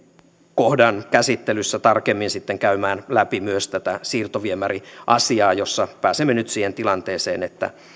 kohdan käsittelyssä tarkemmin sitten käymään läpi myös tätä siirtoviemäriasiaa jossa pääsemme nyt siihen tilanteeseen että